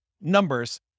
numbers